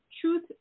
truth